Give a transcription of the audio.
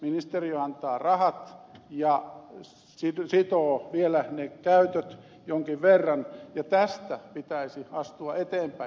ministeriö antaa rahat ja sitoo vielä käytön jonkin verran ja tästä pitäisi astua eteenpäin